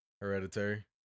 Hereditary